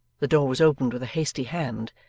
the door was opened with a hasty hand,